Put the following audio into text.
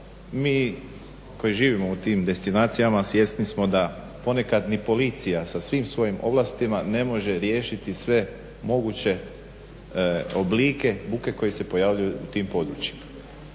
mi koji živimo u tim destinacijama svjesni smo da ponekad ni policija sa svim svojim ovlastima ne može riješiti sve moguće oblike buke koji se pojavljuju u tim područjima.